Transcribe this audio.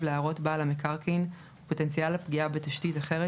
להערות בעל המקרקעין ופוטנציאל הפגיעה בתשתית אחרת